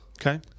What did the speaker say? Okay